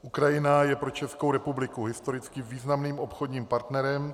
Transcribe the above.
Ukrajina je pro Českou republiku historicky významným obchodním partnerem.